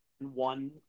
one